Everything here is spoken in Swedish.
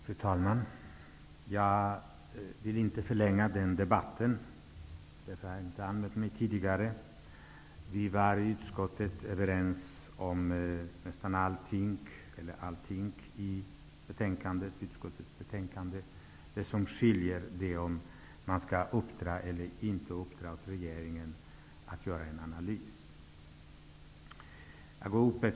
Fru talman! Jag ville inte förlänga debatten, och därför hade jag inte anmält mig tidigare. Vi är överens om allting i utskottets betänkande. Det som skiljer är i fråga om riksdagen skall uppdra åt regeringen att göra en analys eller inte.